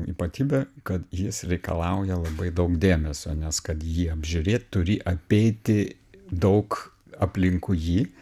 ypatybė kad jis reikalauja labai daug dėmesio nes kad jį apžiūrėt turi apeiti daug aplinkui jį